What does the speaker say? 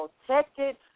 protected